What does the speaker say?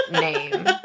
name